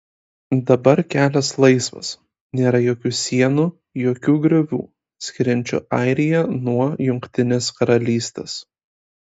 dabar kelias laisvas nėra jokių sienų jokių griovių skiriančių airiją nuo jungtinės karalystės